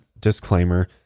disclaimer